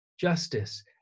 justice